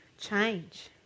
change